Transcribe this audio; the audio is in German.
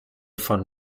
von